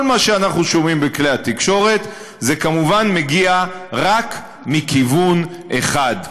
כל מה שאנחנו שומעים בכלי התקשורת כמובן מגיע רק מכיוון אחד,